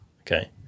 Okay